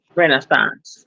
Renaissance